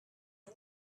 and